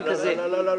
נכון.